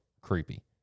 creepy